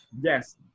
yes